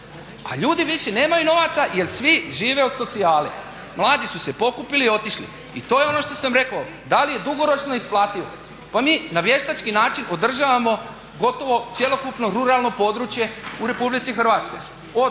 a ljudi više nemaju novaca jel svi žive od socijale. Mladi su se pokupili i otišli i to je ono što sam rekao, da li je dugoročno isplativo. Pa na vještački način održavamo gotovo cjelokupno ruralno područje u RH od gorskog pa tamo